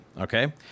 Okay